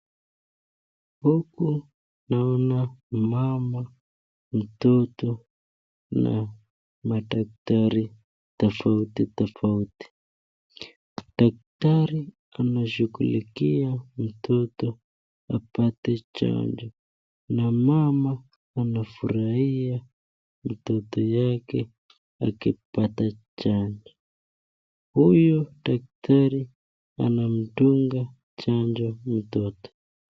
Huku naona mama, mtoto na madaktari tofauti tofaut,i. Daktari anashughulikia mtoto apate chanjo na mama anafurahia mtoto yake akipata chajo. Huyu daktari anamdunga chajo mtoto.